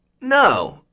no